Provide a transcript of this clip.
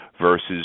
versus